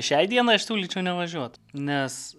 šiai dienai aš siūlyčiau nevažiuot nes